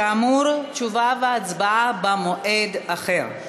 כאמור, תשובה והצבעה במועד אחר.